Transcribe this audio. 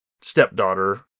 stepdaughter